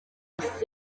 inshuti